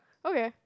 okay